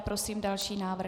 Prosím další návrh.